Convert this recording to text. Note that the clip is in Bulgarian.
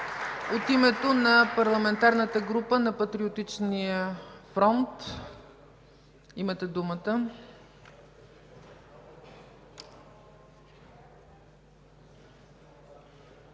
От името на Парламентарната група на Патриотичния фронт – имате думата,